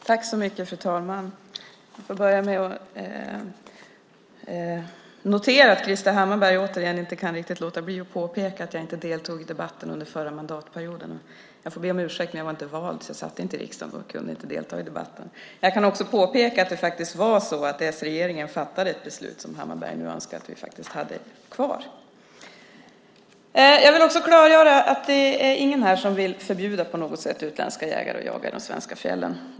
Fru talman! Jag får börja med att notera att Krister Hammarbergh återigen inte riktigt kan låta bli att påpeka att jag inte deltog i debatten under förra mandatperioden. Jag får be om ursäkt, men jag var inte vald och satt inte i riksdagen då, så jag kunde inte delta i debatten. Jag kan också påpeka att s-regeringen faktiskt fattade ett beslut som Hammarbergh nu önskar att vi hade kvar. Jag vill också klargöra att ingen här vill förbjuda utländska jägare att jaga i de svenska fjällen.